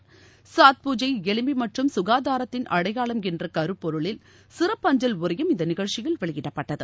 சாத் பூஜை எளிமை மற்றும் சுகாதாரத்தின் அடையாளம் என்ற கருப்பொருளில் சிறப்பு அஞ்சல் உரையும் இந்த நிகழ்ச்சியில் வெளியிடப்பட்டது